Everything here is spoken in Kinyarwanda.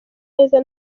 neza